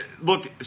look